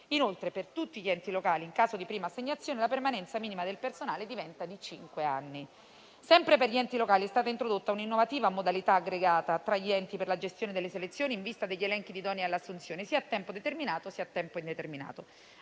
Inoltre, per tutti gli enti locali, in caso di prima assegnazione, la permanenza minima del personale diventa di cinque anni. Sempre per gli enti locali, è stata introdotta un'innovativa modalità aggregata tra di essi per la gestione delle selezioni, in vista degli elenchi di idonei all'assunzione, a tempo sia determinato sia indeterminato.